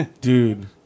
dude